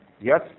yes